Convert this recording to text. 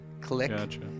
click